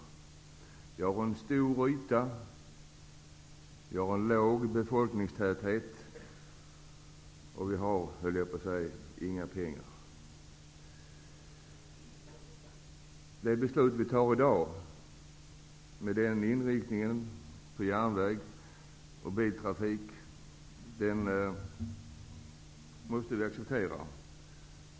Sverige har en stor yta. Vi har en låg befolkningstäthet, och vi har, höll jag på att säga, inga pengar. Det beslut vi kommer att fatta i dag, med inriktning på järnväg och biltrafik, måste vi acceptera.